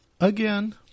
again